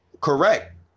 Correct